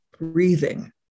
breathing